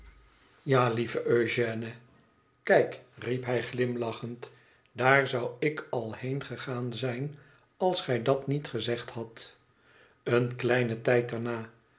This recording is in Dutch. ja lieve eugène kijk riep hij glimlachend daar zou ik al heengegaan zijn als gij dat niet gezegd had een kleinen tijd daarna